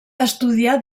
estudià